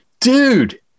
dude